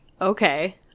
Okay